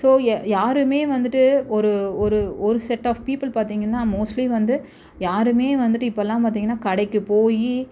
so uh யாருமே வந்துட்டு ஒரு ஒரு ஒரு செட் ஆஃப் பீப்பிள் பார்த்தீங்கன்னா மோஸ்ட்லி வந்து யாருமே வந்துட்டு இப்பெல்லாம் பார்த்தீங்கன்னா கடைக்கு போய்